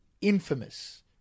infamous